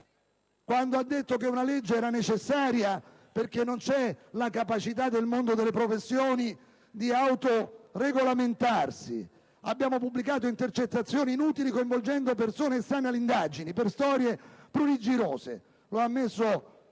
quando ha detto che una legge era necessaria, perché non c'è la capacità del mondo delle professioni di autoregolamentarsi. «Abbiamo pubblicato intercettazioni inutili, coinvolgendo persone estranee alle indagini per storie pruriginose»: lo ha ammesso